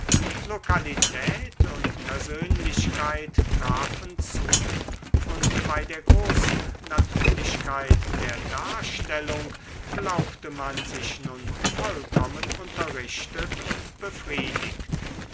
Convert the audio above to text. lokalität und persönlichkeit trafen zu und bei der großen natürlichkeit der darstellung glaubte man sich nun vollkommen unterrichtet und befriedigt